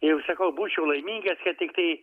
jau sakau būčiau laimingas kad tiktai